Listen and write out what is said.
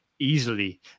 Easily